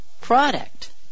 product